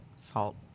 Salt